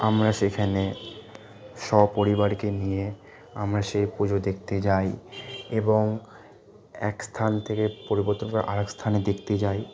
আমরা সেখানে সপরিবারকে নিয়ে আমরা সেই পুজো দেখতে যাই এবং এক স্থান থেকে পরিবর্তন করে আরেক স্থানে দেখতে যাই